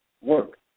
work